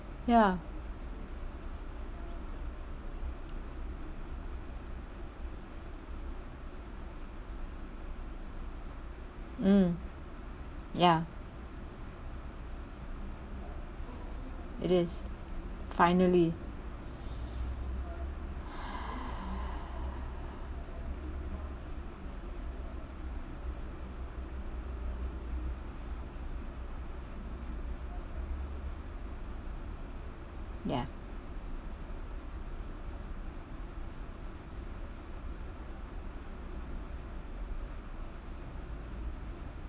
ya mm ya it is finally ya